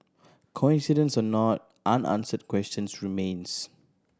coincidence or not unanswered questions remains